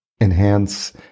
enhance